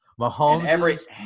Mahomes